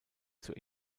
zur